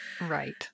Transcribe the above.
Right